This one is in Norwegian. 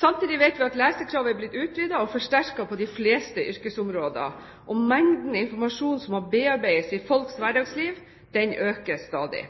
Samtidig vet vi at lesekravet er blitt utvidet og forsterket på de fleste yrkesområder, og mengden informasjon som må bearbeides i folks hverdagsliv, øker stadig.